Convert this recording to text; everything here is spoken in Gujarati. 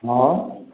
હા